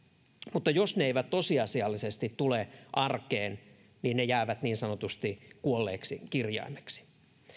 mutta jos ne eivät tosiasiallisesti tule arkeen niin ne jäävät niin sanotusti kuolleeksi kirjaimeksi